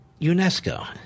UNESCO